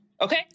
okay